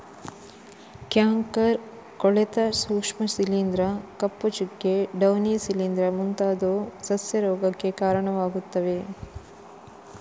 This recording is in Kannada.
ಕ್ಯಾಂಕರ್, ಕೊಳೆತ ಸೂಕ್ಷ್ಮ ಶಿಲೀಂಧ್ರ, ಕಪ್ಪು ಚುಕ್ಕೆ, ಡೌನಿ ಶಿಲೀಂಧ್ರ ಮುಂತಾದವು ಸಸ್ಯ ರೋಗಕ್ಕೆ ಕಾರಣವಾಗುತ್ತವೆ